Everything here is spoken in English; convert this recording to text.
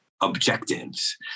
objectives